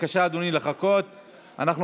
בבקשה לחכות, אדוני.